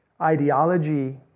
ideology